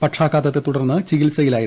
പക്ഷാഘാതത്തെ തുടർന്ന് ചികിത്സയിലായിരുന്നു